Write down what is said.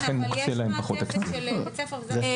ולכן מוקצה להם פחות תקציב.